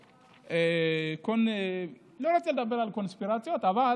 אני לא רוצה לדבר על קונספירציות, אבל